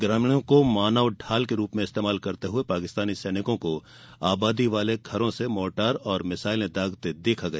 ग्रामीणों को मानव ढाल के रूप में इस्तेमाल करते हुए पाकिस्तानी सैनिकों को आबादी वाले घरों से मोर्टार और मिसाइलें दागते देखा गया